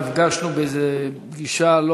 נפגשנו באיזושהי פגישה,